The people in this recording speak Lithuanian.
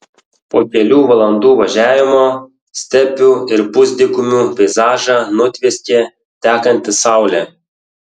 po kelių valandų važiavimo stepių ir pusdykumių peizažą nutvieskė tekanti saulė